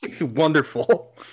Wonderful